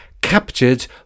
captured